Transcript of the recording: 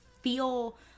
feel